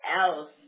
else